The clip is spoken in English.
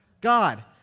God